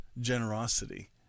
generosity